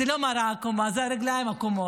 זה לא מראה עקומה, הרגליים עקומות.